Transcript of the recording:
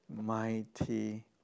mighty